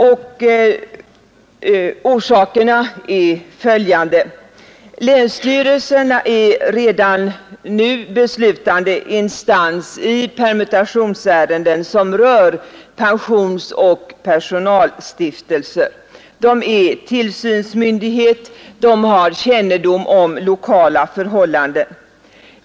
Argumenten är följande: Länsstyrelserna är redan nu beslutande instans i permutationsärenden som rör pensionsoch personalstiftelser. De är tillsynsmyndighet. De har kännedom om lokala förhållanden.